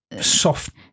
soft